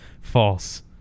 False